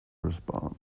response